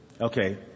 Okay